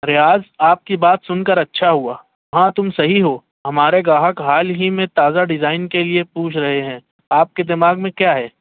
ریاض آپ کی بات سن کر اچھا ہوا ہاں تم صحیح ہو ہمارے گاہک حال ہی میں تازہ ڈیزائن کے لیے پوچھ رہے ہیں آپ کے دماغ میں کیا ہے